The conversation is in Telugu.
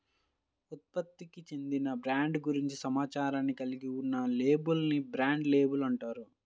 ఉత్పత్తికి చెందిన బ్రాండ్ గురించి సమాచారాన్ని కలిగి ఉన్న లేబుల్ ని బ్రాండ్ లేబుల్ అంటారు